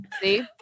See